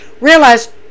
realize